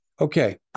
Okay